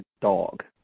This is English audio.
dog